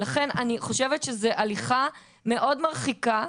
לכן אני חושבת שזאת הליכה מאוד מרחיקה,